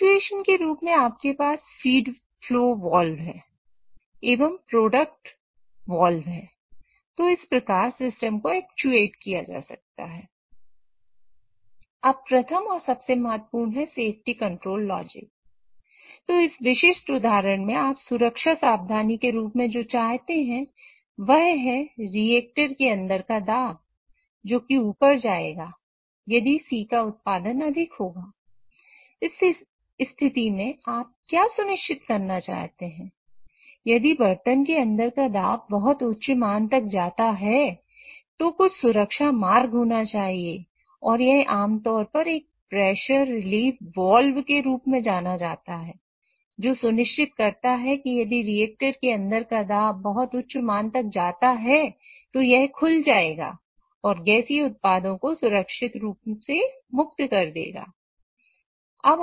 actuation के रूप में जाना जाता है जो सुनिश्चित करता है कि यदि रिएक्टर के अंदर का दाब बहुत उच्च मान तक जाता है तो यह खुल जाएगा और गैसीय उत्पादों को सुरक्षित रूप से मुक्त कर देगा